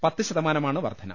പത്ത് ശതമാനമാണ് വർധന